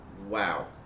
Wow